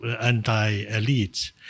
anti-elites